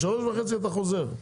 ב- 15:30 אתה חוזר.